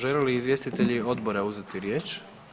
Žele li izvjestitelji odbora uzeti riječ?